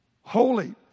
Holy